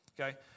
okay